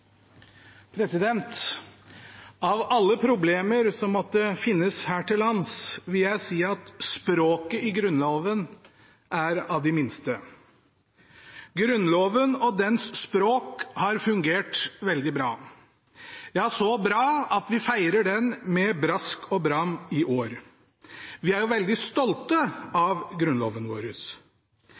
Av alle problemer som måtte finnes her til lands, vil jeg si at språket i Grunnloven er av de minste. Grunnloven og dens språk har fungert veldig bra – ja, så bra at vi feirer den med brask og bram i år. Vi er jo veldig stolte av Grunnloven vår.